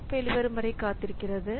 thread வெளிவரும் வரை காத்திருக்கிறது